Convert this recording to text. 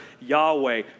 Yahweh